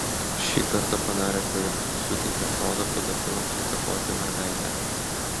šį kartą padarė klaidą suteikė progą pedofilams įtakoti mergaitę